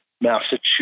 Massachusetts